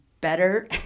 better